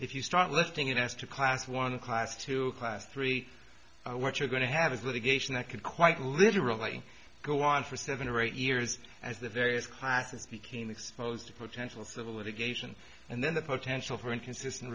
if you start listing it as to class one class to a class three what you're going to have is litigation i could quite literally go on for seven or eight years as the various classes became exposed to potential civil litigation and then the potential for inconsistent